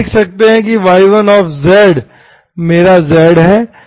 आप देख सकते हैं कि y1z मेरा z है